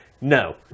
no